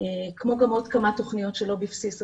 כמו גם עוד תוכניות שלא בבסיס התקציב,